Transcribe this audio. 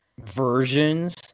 versions